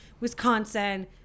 Wisconsin